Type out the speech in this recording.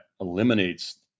eliminates